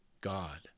God